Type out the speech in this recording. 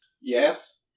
Yes